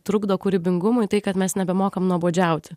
trukdo kūrybingumui tai kad mes nebemokam nuobodžiauti